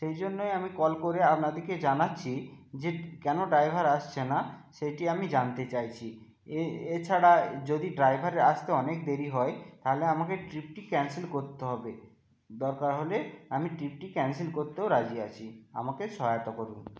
সেই জন্যই আমি কল করে আপনাদেরকে জানাচ্ছি যে কেন ড্রাইভার আসছে না সেটি আমি জানতে চাইছি এছাড়া যদি ড্রাইভারের আসতে অনেক দেরি হয় তাহলে আমাকে ট্রিপটি ক্যানসেল করতে হবে দরকার হলে আমি ট্রিপটি ক্যানসেল করতেও রাজি আছি আমাকে সহায়তা করুন